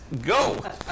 go